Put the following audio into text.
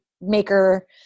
maker